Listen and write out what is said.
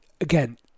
again